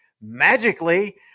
magically